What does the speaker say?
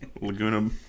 Laguna